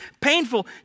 painful